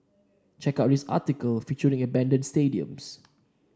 check out this article featuring abandoned stadiums